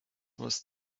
was